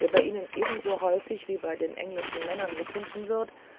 der bei ihnen ebenso häufig wie bei den englischen männern gefunden wird